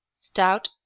stout